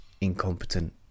incompetent